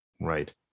Right